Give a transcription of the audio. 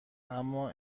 اما